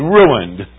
ruined